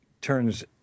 turns